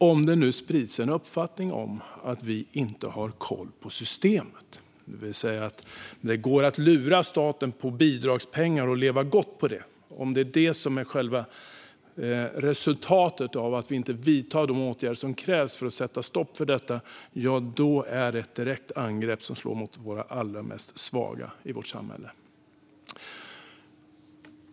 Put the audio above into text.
Om det sprids en uppfattning att vi inte har koll på systemet, det vill säga att det går att lura staten på bidragspengar och leva gott på det, och om det är resultatet av att vi inte vidtar de åtgärder som krävs för att sätta stoppa för detta, ja, då är det ett direkt angrepp som slår mot de allra svagaste i vårt samhälle.